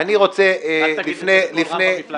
אל תגיד את זה בקול רם במפלגה שלך,